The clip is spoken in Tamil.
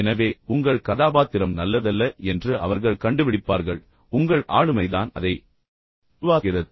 எனவே உங்கள் கதாபாத்திரம் நல்லதல்ல என்று அவர்கள் கண்டுபிடிப்பார்கள் உங்கள் ஆளுமைதான் அதை உருவாக்குகிறது